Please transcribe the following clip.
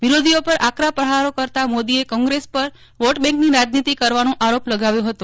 વિરોધીઓ પર આકરા પ્રહારો કરતાં મોદીએ કોંગ્રેસ પર વોટબેંકની રાજનીતિ કરવાનો આરોપ લગાવ્યો હતો